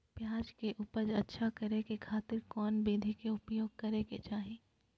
प्याज के उपज अच्छा करे खातिर कौन विधि के प्रयोग करे के चाही?